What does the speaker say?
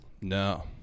No